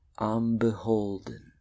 unbeholden